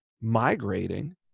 migrating